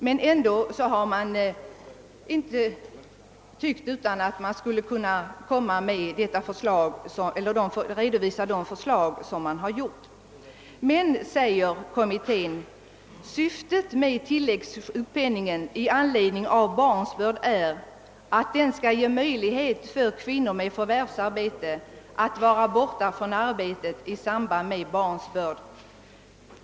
Kommittén har emellertid inte ansett att detta samband utgör ett hinder för de begränsade lagändringar som kan komma i fråga i anledning av de förslag som den nu har lagt fram. Kommittén understryker att syftet med tilläggssjukpenningen i anledning av barnsbörd är att den skall ge möjlighet för kvinnor med förvärvsarbete att vara borta från arbetet i samband med barnsbörd.